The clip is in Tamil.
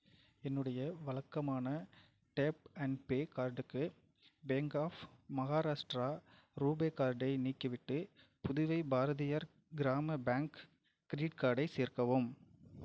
என்னுடைய வழக்கமான டேப் அண்ட் பே கார்டுக்கு பேங்க் ஆஃப் மஹாராஷ்டிரா ரூபே கார்டை நீக்கிவிட்டு புதுவை பாரதியார் கிராம பேங்க் கிரெடிட் கார்டை சேர்க்கவும்